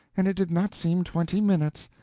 and it did not seem twenty minutes!